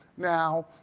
now,